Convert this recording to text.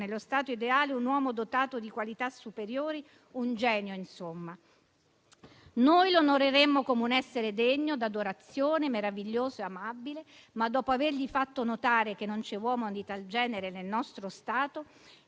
nello Stato ideale, un uomo dotato di qualità superiori, un genio, insomma - Noi l'onoreremmo come un essere degno d'adorazione, meraviglioso ed amabile; ma dopo avergli fatto notare che non c'è uomo di tal genere nel nostro Stato,